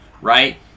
right